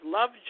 Love